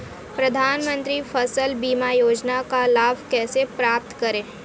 प्रधानमंत्री फसल बीमा योजना का लाभ कैसे प्राप्त करें?